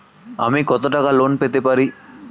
আমি কত টাকা লোন পেতে পারি?